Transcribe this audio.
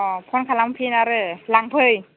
अ फन खालामफिन आरो लांफै